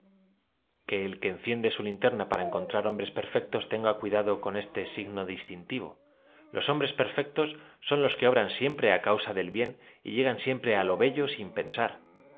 que el que en ciende sa linterna p ara encontrar hombres perfectoa tenga cuidado con este aigno distintivo los hombrea perfectos son los que obran siempre á causa del bien y llegan siempre á lo bello sin pensar